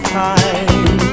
time